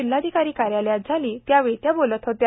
जिल्हाधिकारी कार्यालयात झाली त्यावेळी त्या बोलत होत्या